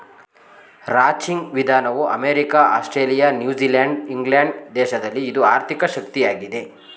ranching ವಿಧಾನವು America, Australia, New Zealand England ದೇಶಗಳಲ್ಲಿ ಇದು ಆರ್ಥಿಕ ಶಕ್ತಿಯಾಗಿದೆ